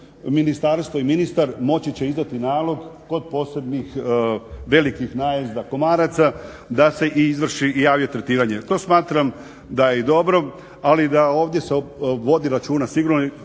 ministarstvo i ministar moći će izdati nalog kod posebnih velikih najezda komaraca da se i izvrši i javi tretiranje. To smatram da je dobro ali ovdje se vodi računa sigurno